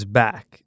back